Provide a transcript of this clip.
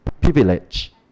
privilege